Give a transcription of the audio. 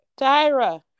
tyra